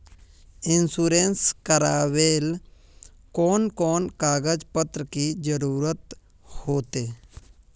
Insurance करावेल कोन कोन कागज पत्र की जरूरत होते?